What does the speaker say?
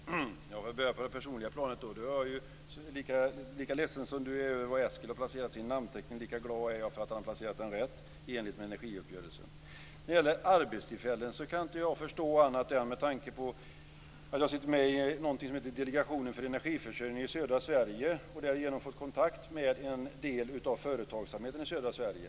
Fru talman! Jag skall börja på det personliga planet. Lika ledsen som du är över var Eskil har placerat sin namnteckning, lika glad är jag över att han har placerat den rätt och i enlighet med energiuppgörelsen. När det gäller arbetstillfällen kan jag tala om att jag sitter med i något som heter Delegationen för energiförsörjning i södra Sverige och har därigenom fått kontakt med en del av företagsamheten i södra Sverige.